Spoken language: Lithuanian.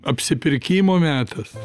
apsipirkimo metas